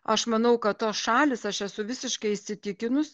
aš manau kad tos šalys aš esu visiškai įsitikinus